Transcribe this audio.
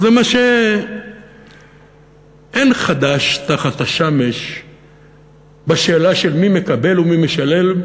אז ממש אין חדש תחת השמש בשאלה מי מקבל ומי משלם,